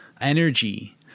energy